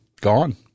gone